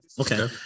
okay